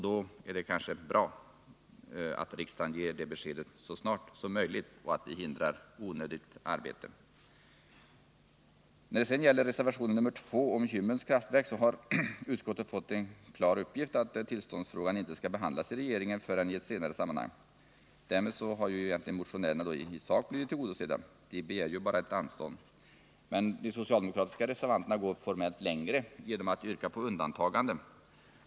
Då är det kanske bra att riksdagen ger det beskedet så snart som möjligt och hindrar onödigt 185 arbete. När det gäller reservationen nr 2 om Kymmens kraftverk vill jag framhålla att utskottet har fått en klar uppgift om att tillståndsfrågan inte skall behandlas av regeringen förrän i ett senare sammanhang. Därmed har motionärernas krav i sak blivit tillgodosedda — de begär ju bara ett anstånd. De socialdemokratiska reservanterna går emellertid formellt längre genom att yrka på undantagande.